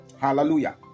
Hallelujah